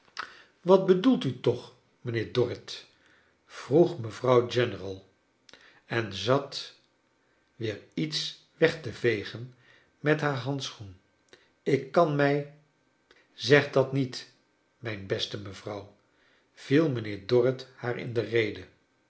wat bedoelt u toch mijnheer dorrit vroeg mevrouw general en zat weer iets weg te vegen met haar handschoenen ik kan mij zeg dat niet mijn beste mevrouw viel mijnheer dorrit haar in de rede